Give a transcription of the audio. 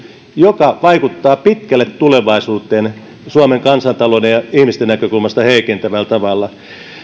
joka vaikuttaa pitkälle tulevaisuuteen suomen kansantalouden ja ihmisten näkökulmasta heikentävällä tavalla